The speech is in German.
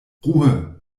ruhe